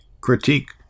critique